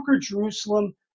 Jerusalem